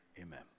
Amen